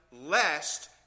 lest